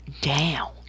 down